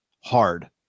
hard